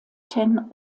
ten